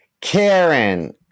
Karen